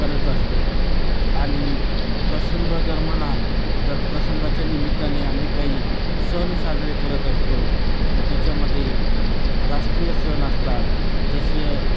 करत असतो आणि प्रसंग जर म्हणाल तर प्रसंगाच्या निमित्ताने आम्ही काही सण साजरे करत असतो मग त्याच्यामध्ये राष्ट्रीय सण असतात जसं